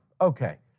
Okay